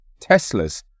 Teslas